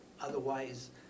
otherwise